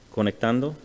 Conectando